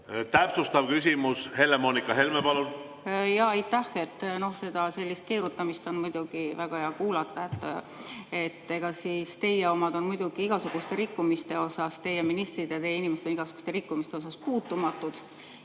Täpsustav küsimus. Helle-Moonika Helme, palun!